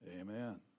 Amen